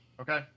okay